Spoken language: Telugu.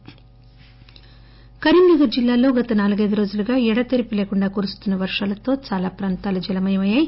కరీంనగర్ కరీంనగర్ జిల్లాలో గత నాలుగైదు రోజులుగా ఎడతెరపి లేకుండా కురుస్తున్న వర్షాలతో చాలా ప్రాంతాలు జలమయమయ్యాయి